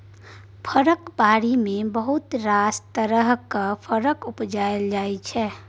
फरक बारी मे बहुत रास तरहक फर उपजाएल जाइ छै